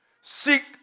Seek